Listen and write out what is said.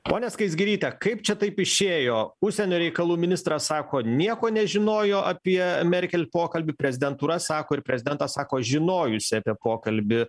ponia skaisgiryte kaip čia taip išėjo užsienio reikalų ministras sako nieko nežinojo apie merkel pokalbį prezidentūra sako ir prezidentas sako žinojusi apie pokalbį